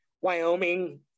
Wyoming